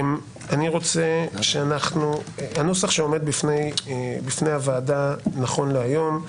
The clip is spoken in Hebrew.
הנוסח שעומד בפני הוועדה נכון להיום,